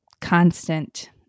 constant